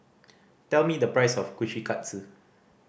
tell me the price of Kushikatsu